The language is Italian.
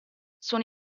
sono